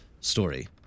story